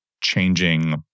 changing